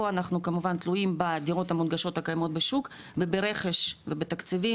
פה אנחנו כמובן תלויים בדירות המונגשות הקיימות בשוק וברכש ובתקציבים,